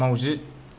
माउजि